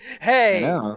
hey